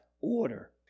order